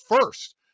first